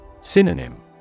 Synonym